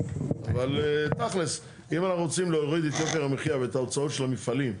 אבל תכלס אם אנחנו רוצים להוריד את יוקר המחייה ואת ההוצאות של המפעלים,